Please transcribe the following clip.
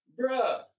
bruh